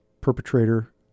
perpetrator